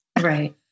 Right